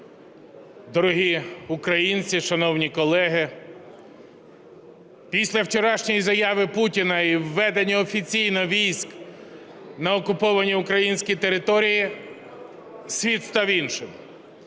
Дорогі українці, шановні колеги! Після вчорашньої заяви Путіна і введення офіційно військ на окуповані українські території світ став іншим.